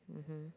mmhmm